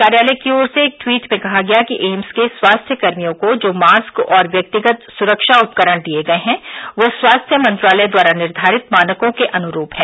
कार्यालय की ओर से एक ट्वीट में कहा गया कि एम्स के स्वास्थ्य कर्मियों को जो मास्क और व्यक्तिगत सुरक्षा उपकरण दिए गए हैं वे स्वास्थ्य मंत्रालय द्वारा निर्धारित मानकों के अनुरूप हैं